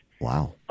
Wow